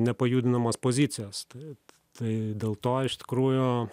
nepajudinamos pozicijos tai tai dėl to iš tikrųjų